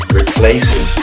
replaces